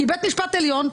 כי בית משפט עליון,